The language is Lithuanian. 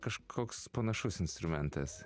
kažkoks panašus instrumentas